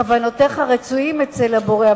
כוונותיך רצויות אצל הבורא,